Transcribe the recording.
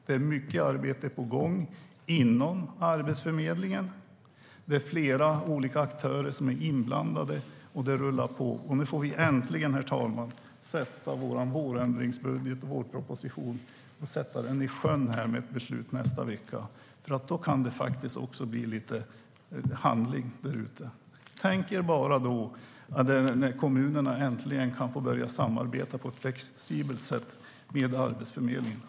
Det är mycket arbete på gång inom Arbetsförmedlingen. Flera olika aktörer är inblandade, och det rullar på. Och nu får vi äntligen, herr talman, sätta vår vårändringsbudget och vårproposition i sjön med ett beslut nästa vecka. Då kan det faktiskt bli lite handling där ute. Tänk er när kommunerna äntligen kan börja samarbeta med Arbetsförmedlingen på ett flexibelt sätt!